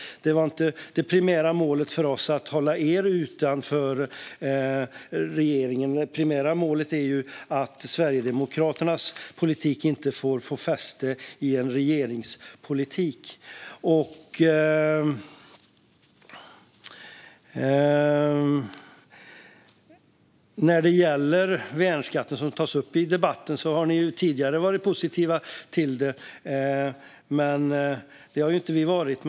Att hålla er utanför regeringen var inte det primära målet för oss. Det primära målet är ju att Sverigedemokraternas politik inte ska få fäste i en regeringspolitik. När det gäller borttagande av värnskatten, som tas upp i debatten, har ni tidigare varit positiva. Det har inte vi varit.